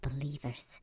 believers